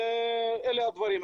אלה הדברים.